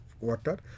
water